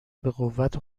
بقوت